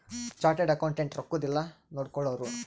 chartered accountant ರೊಕ್ಕದ್ ಲೆಕ್ಕ ನೋಡ್ಕೊಳೋರು